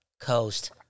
Coast